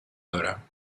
دارم